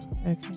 Okay